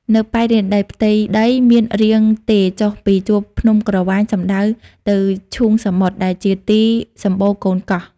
នៅប៉ែកនិរតី ផ្ទៃដីមានរាងទេរចុះពីជួរភ្នំក្រវាញសំដៅទៅឈូងសមុទ្រ ដែលជាទីសម្បូរកូនកោះ។